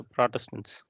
Protestants